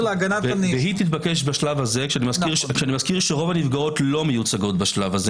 להגנת- -- והיא תתבקש בשלב הזה ורוב הנפגעות לא מיוצגות בשלב זה